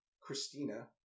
Christina